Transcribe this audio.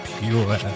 pure